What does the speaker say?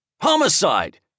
Homicide